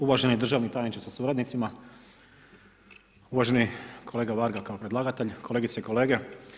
Uvaženi državni tajniče sa suradnicima, uvaženi kolega Varga kao predlagatelj, kolegice i kolege.